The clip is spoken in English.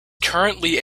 currently